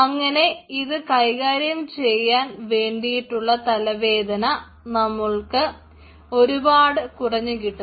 അങ്ങനെ ഇത് കൈകാര്യം ചെയ്യാൻ വേണ്ടിയിട്ടുള്ള തലവേദന നമുക്ക് ഒരുപാട് കുറഞ്ഞു കിട്ടുന്നു